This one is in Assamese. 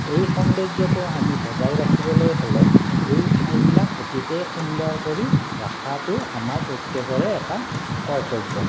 এই সৌন্দৰ্যটো আমি বজাই ৰাখিবলৈ হ'লে এই ঠাইবিলাক অতিকৈ সুন্দৰ কৰি ৰখাটো আমাৰ প্ৰত্যেকৰে এটা কৰ্তব্য